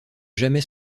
jamais